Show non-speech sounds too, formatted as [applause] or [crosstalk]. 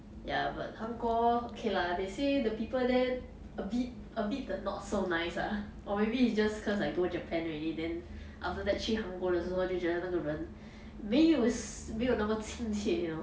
ya but 韩国 K lah they say the people there a bit a bit the not so nice ah or maybe it's just cause I go japan already then after that 去韩国的时候就觉得那个人没有 [noise] 没有那么亲切 you know